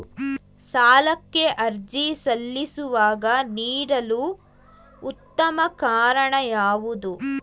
ಸಾಲಕ್ಕೆ ಅರ್ಜಿ ಸಲ್ಲಿಸುವಾಗ ನೀಡಲು ಉತ್ತಮ ಕಾರಣ ಯಾವುದು?